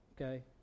okay